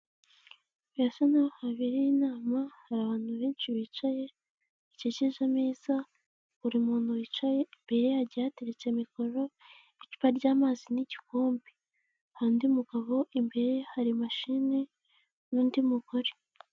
Birasa naho habereye inama, hari abantu benshi bicaye baikikije ameza, buri muntu wicaye imbere ye hateretse mikoro, icupa ry'amazi n'igikombe, hari undi mugabo imbere ye hari mashine n'undi mugore.